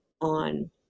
on